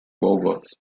robots